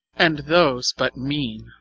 and those but mean.